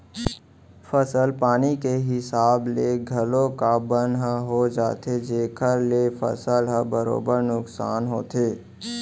फसल पानी के हिसाब ले घलौक बन ह हो जाथे जेकर ले फसल ह बरोबर नुकसान होथे